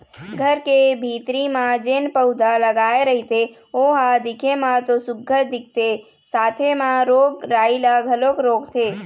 घर के भीतरी म जेन पउधा लगाय रहिथे ओ ह दिखे म तो सुग्घर दिखथे साथे म रोग राई ल घलोक रोकथे